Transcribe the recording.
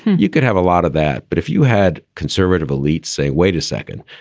you could have a lot of that. but if you had conservative elites say, wait a second,